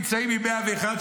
נמצאים עם 101,